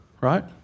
Right